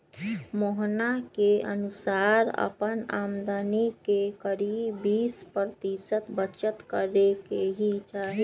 मोहना के अनुसार अपन आमदनी के करीब बीस प्रतिशत बचत करे के ही चाहि